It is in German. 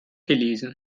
gelesen